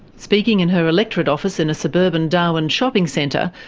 speaking in her electorate office in a suburban darwin shopping centre,